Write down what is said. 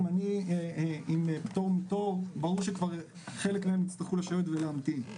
שהם עם פטור מתור ברור שחלק מהם יצטרכו לשבת ולהמתין.